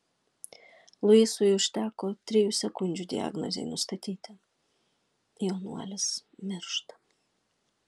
luisui užteko trijų sekundžių diagnozei nustatyti jaunuolis miršta